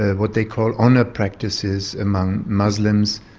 what they call, honour practices among muslims.